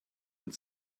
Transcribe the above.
und